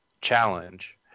challenge